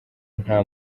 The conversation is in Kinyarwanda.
nta